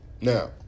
Now